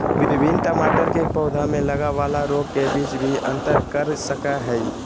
विभिन्न टमाटर के पौधा में लगय वाला रोग के बीच भी अंतर कर सकय हइ